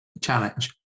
challenge